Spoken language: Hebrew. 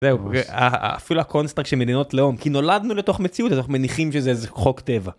אפילו הקונסטרק של מדינות לאום כי נולדנו לתוך מציאות איך מניחים שזה חוק טבע.